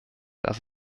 das